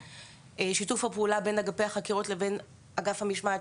שיתוף הפעולה בין אגפי החקירות לבין אגף המשמעת,